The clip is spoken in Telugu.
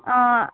ఆ